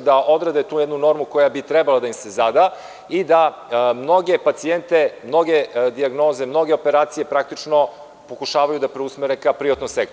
da odrede tu jednu normu koja bi trebalo da im se zada i da mnoge pacijente, mnoge dijagnoze, mnoge operacije praktično pokušavaju da preusmere ka privatnom sektoru.